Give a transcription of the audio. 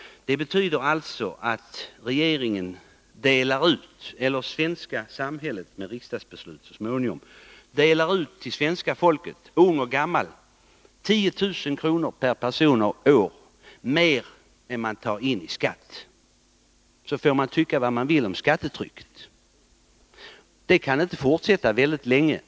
Det betyder att det svenska samhället, till följd av så småningom fattade riksdagsbeslut, till svenska folket, ung som gammal, delar ut 10 000 kr. mer per person och år än vad som tas in i skatt. Man får tycka vad man vill om skattetrycket, det kan inte fortsätta så här någon längre tid.